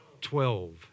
Twelve